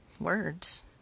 words